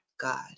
God